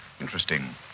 interesting